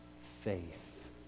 faith